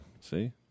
see